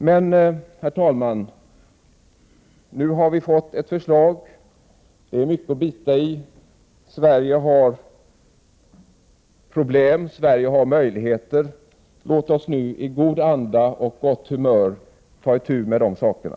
Men, herr talman, nu har vi fått ett förslag som ger oss mycket att brottas med. Sverige har problem, och Sverige har möjligheter. Låt oss nu i god anda och med gott humör ta itu med detta.